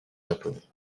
japonais